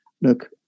look